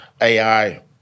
AI